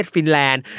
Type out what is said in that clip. Finland